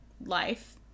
life